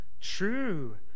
True